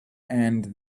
and